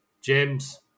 James